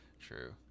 True